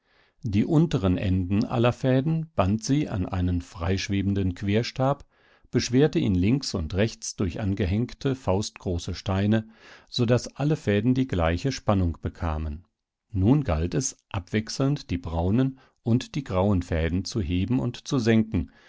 die unteren enden aller fäden band sie an einen frei schwebenden querstab beschwerte ihn links und rechts durch angehängte faustgroße steine so daß alle fäden die gleiche spannung bekamen nun galt es abwechselnd die braunen und die grauen fäden zu heben und zu senken